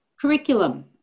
Curriculum